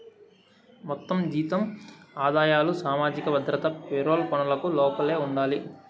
మొత్తం జీతం ఆదాయాలు సామాజిక భద్రత పెరోల్ పనులకు లోపలే ఉండాయి